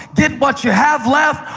get what you have left.